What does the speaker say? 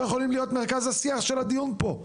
יכולים להיות מרכז השיח של הדיון פה,